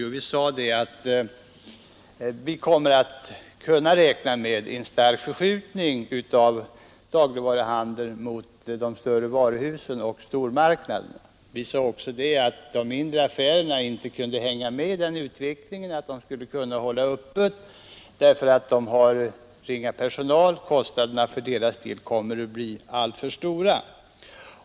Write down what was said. Jo, vi förklarade att man kan räkna med en stark förskjutning av dagligvaruhandeln mot de större varuhusen och stormarknaderna. Vi sade också att de mindre affärerna inte skulle kunna hänga med i utvecklingen; de skulle inte kunna hålla öppet därför att de har för liten personal och för att kostnaderna för småföretagarna blir alltför stora.